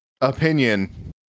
opinion